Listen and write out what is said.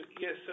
Yes